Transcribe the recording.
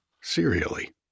Serially